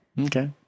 Okay